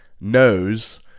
knows